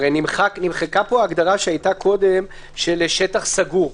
הרי נמחקה פה ההגדרה שהייתה קודם של שטח סגור.